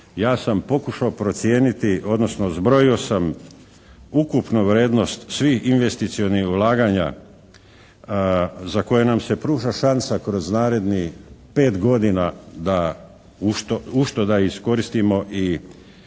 ja sam pokušao procijeniti odnosno zbrojio sam ukupno vrednost svih investicionih ulaganja za koje nam se pruža šansa kroz narednih pet godina da ušto da iskoristimo i